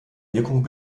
wirkung